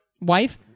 wife